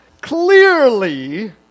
Clearly